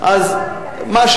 לא,